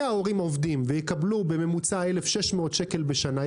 ההורים בה עובדים ויקבלו בממוצע 1,600 שקל בשנה,